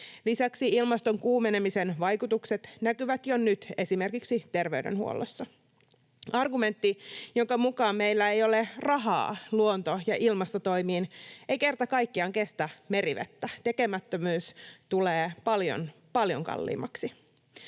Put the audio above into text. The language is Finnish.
Lisäksi ilmaston kuumenemisen vaikutukset näkyvät jo nyt esimerkiksi terveydenhuollossa. Argumentti, jonka mukaan meillä ei ole rahaa luonto- ja ilmastotoimiin, ei kerta kaikkiaan kestä merivettä. Tekemättömyys tulee paljon, paljon kalliimmaksi.